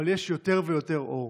אבל יש יותר ויותר אור.